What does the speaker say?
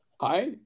Hi